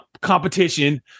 competition